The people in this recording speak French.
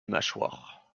mâchoires